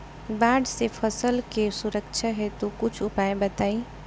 बाढ़ से फसल के सुरक्षा हेतु कुछ उपाय बताई?